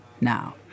now